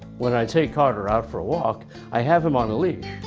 when i take carter out for a walk i have him on a leash.